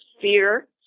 fear